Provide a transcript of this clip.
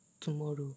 Tomorrow